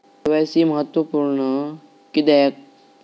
KYC महत्त्वपुर्ण किद्याक?